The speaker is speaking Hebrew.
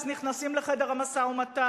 אז נכנסים לחדר המשא-ומתן.